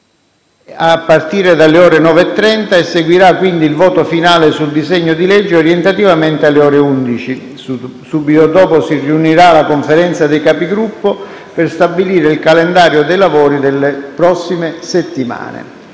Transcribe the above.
a partire dalle ore 9,30. Seguirà quindi il voto finale sul disegno di legge, orientativamente alle ore 11. Subito dopo si riunirà la Conferenza dei Capigruppo, per stabilire il calendario dei lavori delle prossime settimane.